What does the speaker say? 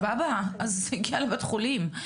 אז הגיע לבית חולים.